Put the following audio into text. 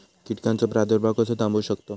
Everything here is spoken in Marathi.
कीटकांचो प्रादुर्भाव कसो थांबवू शकतव?